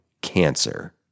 cancer